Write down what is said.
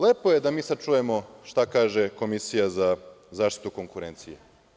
Lepo je da mi sad čujemo šta kaže Komisija za zaštitu konkurencije.